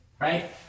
right